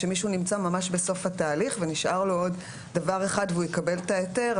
שמישהו נמצא ממש בסוף התהליך ונשאר לו עוד דבר אחד והוא יקבל את ההיתר,